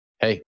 hey